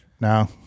No